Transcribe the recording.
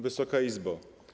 Wysoka Izbo!